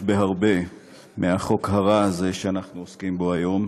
בהרבה מהחוק הרע הזה שאנחנו עוסקים בו היום.